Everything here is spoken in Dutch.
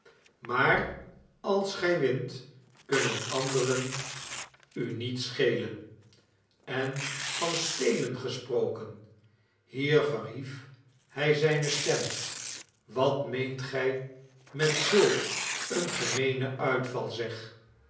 maar als gij wint kunnen anderen u niet schelen en van stelen gesproken hier verhief hij zijne stem wat meent gij met zulk een gemeenen uitval zeg